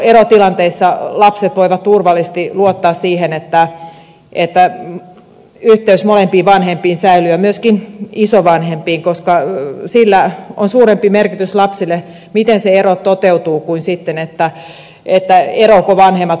erotilanteissa lapset voivat turvallisesti luottaa siihen että yhteys molempiin vanhempiin säilyy ja myöskin isovanhempiin koska sillä on suurempi merkitys lapsille miten ero toteutuu kuin sillä eroavatko vanhemmat vai eivät